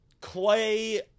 Clay